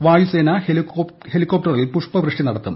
വായുസേന ഹെലികോപ്റ്ററിൽ പുഷ്പവൃഷ്ടി നടത്തും